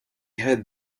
had